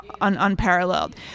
unparalleled